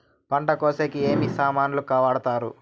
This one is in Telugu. పంట కోసేకి ఏమి సామాన్లు వాడుతారు?